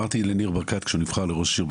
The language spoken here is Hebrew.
אמרתי לניר ברקת כשהוא נבחר לראש עיר,